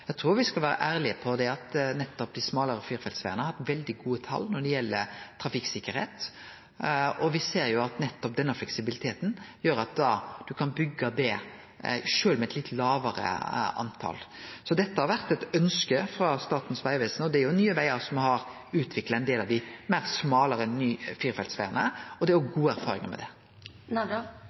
Eg trur me skal vere ærlege på det at nettopp dei smalare firefeltsvegane har hatt veldig gode tal når det gjeld trafikksikkerheit, og me ser jo at nettopp denne fleksibiliteten gjer at ein kan byggje det sjølv med eit litt lågare tal. Så dette har vore eit ønske frå Statens vegvesen. Det er Nye Vegar som har utvikla ein del av dei meir smale firefeltsvegane, og det er òg gode erfaringar med det.